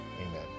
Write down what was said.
amen